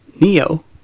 Neo